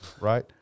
right